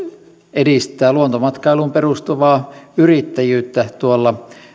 edistää luontomatkailuun perustuvaa yrittäjyyttä tuolla